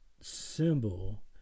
symbol